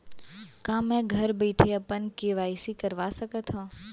का मैं घर बइठे अपन के.वाई.सी करवा सकत हव?